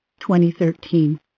2013